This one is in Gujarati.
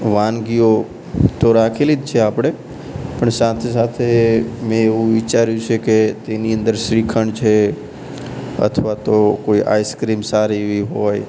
વાનગીઓ તો રાખેલી જ છે આપણે પણ સાથે સાથે મેં એવું વિચાર્યું છે કે તેની અંદર શ્રીખંડ છે અથવા તો કોઈ આઇસ્ક્રીમ સારી એવી હોય